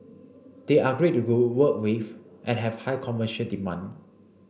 they are great to go work with and have high commercial demand